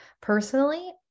Personally